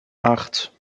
acht